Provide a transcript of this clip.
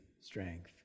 strength